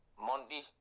Monty